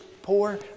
poor